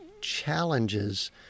challenges